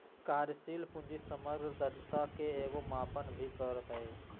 कार्यशील पूंजी समग्र दक्षता के एगो मापन भी हइ